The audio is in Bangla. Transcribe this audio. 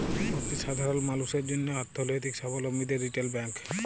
অতি সাধারল মালুসের জ্যনহে অথ্থলৈতিক সাবলম্বীদের রিটেল ব্যাংক